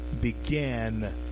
began